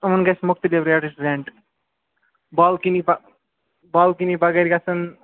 یِمَن گژھِ مختلف ریٹٕچ رینٛٹ بالکنی بالکنی بغٲر گژھان